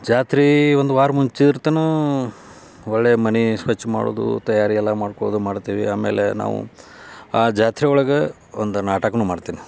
ಜಾತ್ರೆ ಒಂದು ವಾರ ಮುಂಚೆ ಇರ್ತನೇ ಒಳ್ಳೆಯ ಮನೆ ಸ್ವಚ್ಛ ಮಾಡೋದು ತಯಾರಿ ಎಲ್ಲ ಮಾಡ್ಕೊಳ್ಳುದು ಮಾಡ್ತೀವಿ ಆಮೇಲೆ ನಾವು ಆ ಜಾತ್ರೆ ಒಳಗೆ ಒಂದು ನಾಟಕನೂ ಮಾಡ್ತೀನಿ